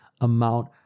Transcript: amount